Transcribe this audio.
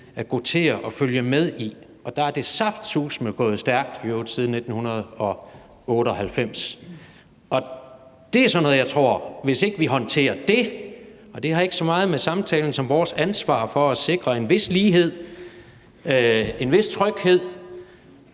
at goutere og følge med i, og der er det saftsuseme gået stærkt i øvrigt siden 1998. Det er sådan noget, som jeg tror – og det har ikke så meget med samtalen som med vores ansvar for at sikre en vis lighed, en vis tryghed,